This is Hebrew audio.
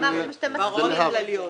עשינו את זה בהערות הכלליות.